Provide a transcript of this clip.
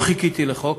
לא חיכיתי לחוק.